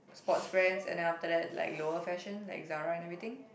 sports brands and after that like lower fashion like Zara anyway thing